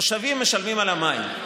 תושבים משלמים על המים,